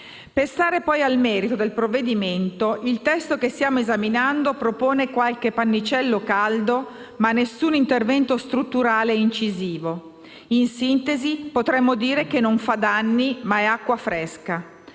Per stare al merito del provvedimento, il testo che stiamo esaminando propone qualche pannicello caldo, ma nessun intervento strutturale e incisivo: in sintesi potremmo dire che non fa danni, ma è acqua fresca.